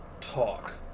talk